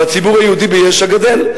והציבור היהודי ביש"ע גדל.